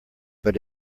but